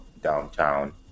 downtown